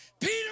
Peter